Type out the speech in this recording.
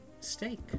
steak